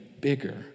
bigger